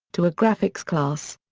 to a graphics class.